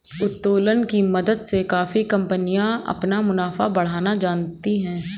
उत्तोलन की मदद से काफी कंपनियां अपना मुनाफा बढ़ाना जानती हैं